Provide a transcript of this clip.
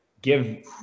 give